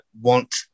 want